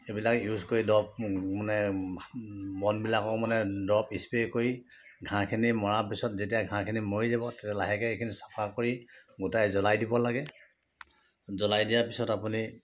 সেইবিলাক ইউজ কৰি দৰৱ মানে বনবিলাকত মানে দৰৱ স্প্ৰে' কৰি ঘাঁহখিনি মৰা পিছত যেতিয়া ঘাঁহখিনি মৰি যাব তেতিয়া লাহেকৈ সেইখিনি চাফা কৰি গোটাই জ্ৱলাই দিব লাগে জ্ৱলাই দিয়া পিছত আপুনি